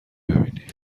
ببینی